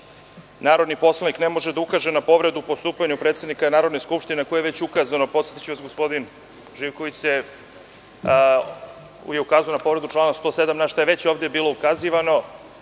narodni poslanik ne može da ukaže na povredu o postupanju predsednika Narodne skupštine ako je već ukazana. Podsetiću vas, gospodin Živković je ukazao na povredu člana 107, na šta je već ovde bilo ukazivano. Naravno,